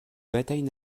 batailles